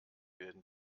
werden